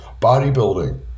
bodybuilding